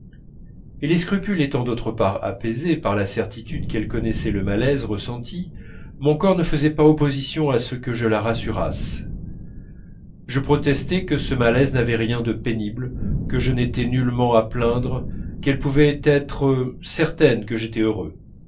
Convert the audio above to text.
et les scrupules étant d'autre part apaisés par la certitude qu'elle connaissait le malaise ressenti mon corps ne faisait pas opposition à ce que je la rassurasse je protestais que ce malaise n'avait rien de pénible que je n'étais nullement à plaindre qu'elle pouvait être certaine que j'étais heureux